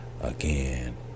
again